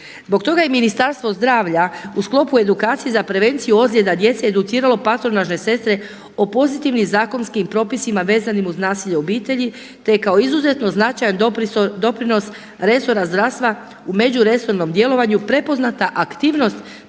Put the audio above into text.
Zbog toga je i Ministarstvo zdravlja u sklopu edukacije za prevenciju ozljeda djece educiralo patronažne sestre o pozitivnim zakonskim propisima vezanim uz nasilje u obitelji, te kao izuzetno značajan doprinos resora zdravstva u međuresornom djelovanju prepoznata aktivnost